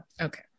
Okay